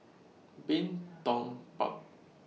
Bin Tong Park